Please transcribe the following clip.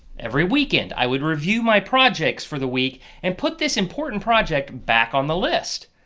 every weekend i would review my projects for the week and put this important project back on the list.